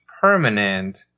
permanent